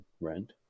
rent